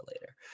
later